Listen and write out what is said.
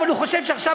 אבל הוא חושב שעכשיו,